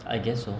I guess so